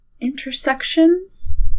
intersections